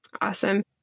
Awesome